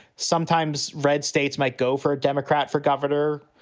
sometimes red states might go for a democrat, for governor.